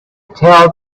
tell